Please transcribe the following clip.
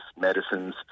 medicines